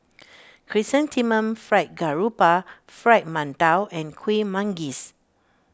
Chrysanthemum Fried Garoupa Fried Mantou and Kueh Manggis